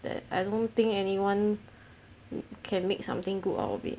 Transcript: that I don't think anyone you can make something good out of it